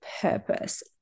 purpose